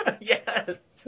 Yes